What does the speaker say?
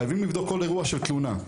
חייבים לבדוק כל אירוע של תלונה.